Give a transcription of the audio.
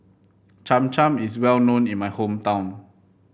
Cham Cham is well known in my hometown